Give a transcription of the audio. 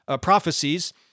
prophecies